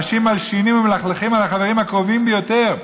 אנשים מלשינים ומלכלכים על החברים הקרובים ביותר.